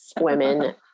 women